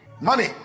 Money